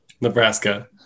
Nebraska